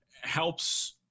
helps